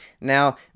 Now